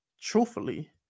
truthfully